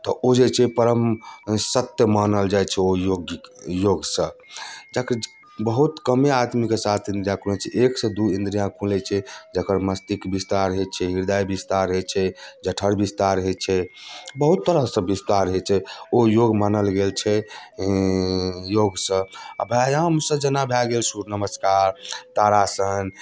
तऽ ओ जे छै परम सत्य मानल जाइ छै ओ योग्य योगसँ जकर बहुत कमे आदमीके सात इन्द्रिय खुलै छै एकसँ दुइ इन्द्रिय खुलै छै जकर मस्तिक विस्तार होइ छै हृदय विस्तार होइ छै जठर विस्तार होइ छै बहुत तरहसँ विस्तार होइ छै ओ योग मानल गेल छै योगसँ आओर व्यायामसँ जेना भऽ गेल सूर्य नमस्कार तारासन